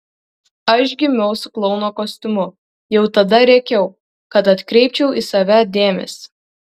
aš gimiau su klouno kostiumu jau tada rėkiau kad atkreipčiau į save dėmesį